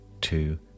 two